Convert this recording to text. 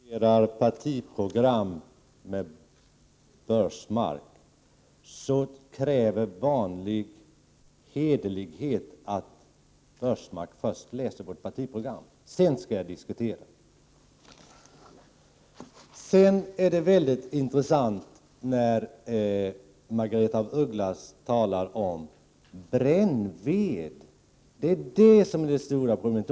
Herr talman! Innan jag diskuterar vpk:s partiprogram med Karl-Göran Biörsmark kräver vanlig hederlighet att Biörsmark först läser vårt partiprogram, efter det skall jag diskutera med honom. Det är mycket intressant att Margaretha af Ugglas säger att det är brännved som är det stora problemet.